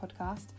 podcast